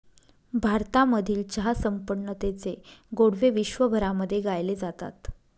भारतामधील चहा संपन्नतेचे गोडवे विश्वभरामध्ये गायले जातात